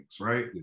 Right